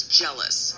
jealous